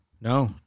No